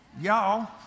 Y'all